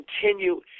continue